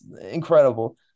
incredible